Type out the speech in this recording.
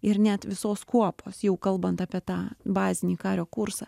ir net visos kuopos jau kalbant apie tą bazinį kario kursą